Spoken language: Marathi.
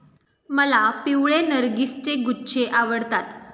मला पिवळे नर्गिसचे गुच्छे आवडतात